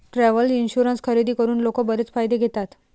travel insurance खरेदी करून लोक बरेच फायदे घेतात